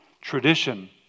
tradition